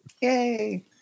yay